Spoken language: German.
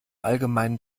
allgemeinen